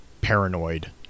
paranoid